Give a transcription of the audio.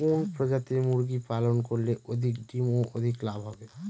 কোন প্রজাতির মুরগি পালন করলে অধিক ডিম ও অধিক লাভ হবে?